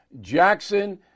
Jackson